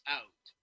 out